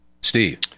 Steve